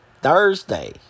Thursday